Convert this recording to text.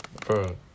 Bro